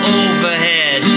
overhead